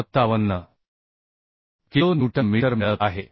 57 kilo newton metre मिळत आहे